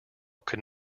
could